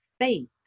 faith